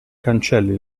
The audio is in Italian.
cancelli